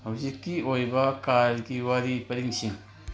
ꯍꯧꯖꯤꯛꯀꯤ ꯑꯣꯏꯕ ꯀꯥꯜꯒꯤ ꯋꯥꯔꯤ ꯄꯔꯤꯡꯁꯤꯡ